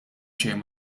xejn